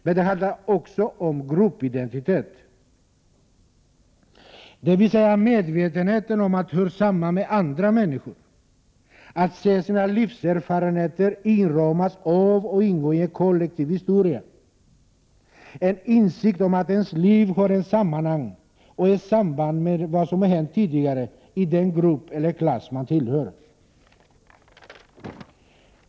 Men det handlar också om gruppidentitet, dvs. medvetenhet om att jag hör samman med andra människor, att jag ser mina livserfarenheter inramas av och ingå i en kollektiv historia, en insikt om att mitt liv har ett sammanhang och ett samband med vad som har hänt tidigare i den grupp eller klass jag tillhör.